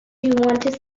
want